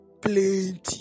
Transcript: Plenty